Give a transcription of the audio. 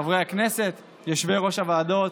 חברי הכנסת, יושבי-ראש הוועדות,